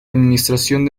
administración